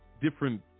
different